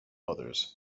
mothers